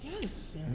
yes